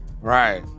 Right